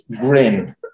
grin